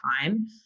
time